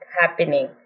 happening